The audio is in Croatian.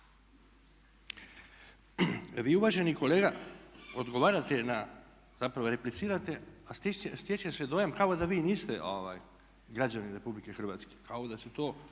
Vi uvaženi kolega odgovarate na, zapravo replicirate, a stječe se dojam kao da vi niste građanin Republike Hrvatske, kao da se to